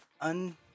un